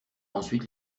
ensuite